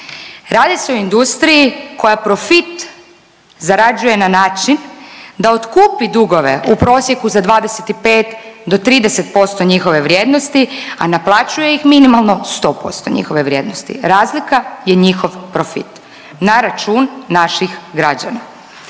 Radi se o industriji koja profit zarađuje na način da otkupi dugove u prosjeku za 25 do 30% njihove vrijednosti, a naplaćuje ih minimalno 100% njihove vrijednosti. Razlika je njihov profit, na račun naših građana.